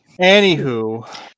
Anywho